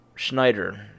Schneider